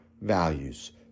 values